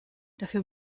dafür